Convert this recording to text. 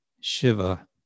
Shiva